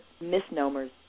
misnomers